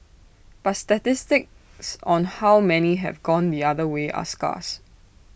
but statistics on how many have gone the other way are scarce